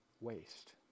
Waste